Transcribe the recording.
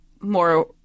more